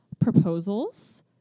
proposals